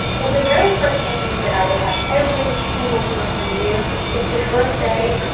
but the very first technique that i would have every single person do is to first say,